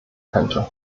könnte